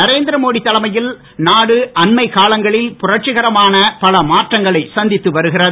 நரேந்திர மோடி தலைமையில் நாடு அண்மைக் காலங்களில் புரட்சிகரமான பல மாற்றங்களை சந்தித்து வருகிறது